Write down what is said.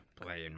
Playing